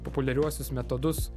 populiariuosius metodus